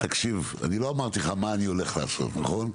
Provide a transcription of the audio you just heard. אני לא אמרתי לך מה אני הולך לעשות, נכון?